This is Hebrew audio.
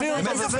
שאלה.